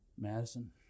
Madison